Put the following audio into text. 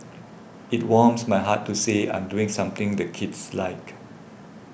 it warms my heart to say I'm doing something the kids like